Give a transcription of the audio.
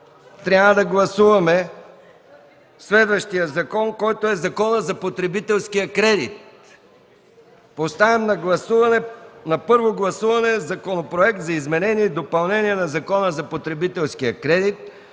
трябва да гласуваме следващия законопроект, който е по Закона за потребителския кредит. Поставям на първо гласуване Законопроекта за изменение и допълнение на Закона за потребителския кредит,